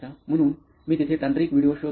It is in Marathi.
म्हणून मी तिथे तांत्रिक व्हिडीओ शोधतो